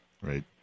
Right